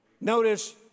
Notice